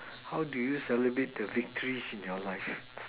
how do you celebrate the victories in your life